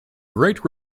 great